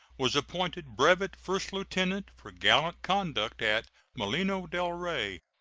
was appointed brevet first lieutenant for gallant conduct at molino del rey.